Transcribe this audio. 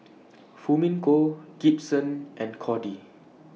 Fumiko Gibson and Codey